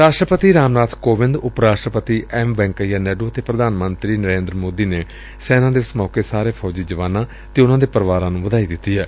ਰਾਸਟਰਪਤੀ ਰਾਮ ਨਾਥ ਕੋਵਿੰਦ ਉਪ ਰਾਸਟਰਪਤੀ ਐਮ ਵੈਂਕਈਆ ਨਾਇਡੁ ਅਤੇ ਪ੍ਧਾਨ ਮੰਤਰੀ ਨਰੇਂਦਰ ਮੋਦੀ ਨੇ ਸੈਨਾ ਦਿਵਸ ਮੌਖੇ ਸਾਰੇ ਫੌਜੀ ਜਵਾਨਾਂ ਅਤੇ ਉਨਾਂ ਦੇ ਪਰਿਵਾਰਾਂ ਨੂੰ ਵਧਾਈ ਦਿੱਤੀ ਏ